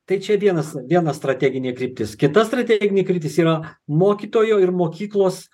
tai čia vienas viena strateginė kryptis kita strateginė kryptis yra mokytojo ir mokyklos